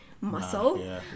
muscle